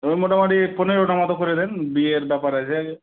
ওই মোটামুটি পনেরোটা মতো করে দেন বিয়ের ব্যাপার আছে